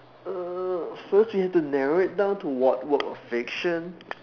uh first we need to narrow it down to what work of fiction